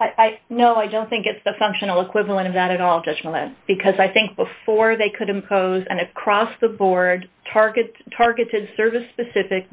i know i don't think it's the functional equivalent of that at all just because i think before they could impose an across the board targets targeted serve a specific